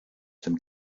dem